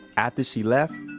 after she left,